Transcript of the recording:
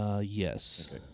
Yes